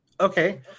Okay